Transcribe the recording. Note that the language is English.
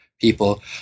people